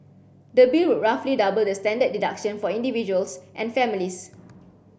the bill would roughly double the standard deduction for individuals and families